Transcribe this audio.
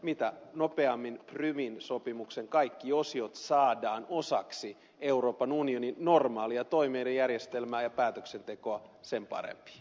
mitä nopeammin prumin sopimuksen kaikki osiot saadaan osaksi euroopan unionin normaalia toimielinjärjestelmää ja päätöksentekoa sen parempi